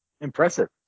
Impressive